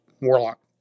Warlock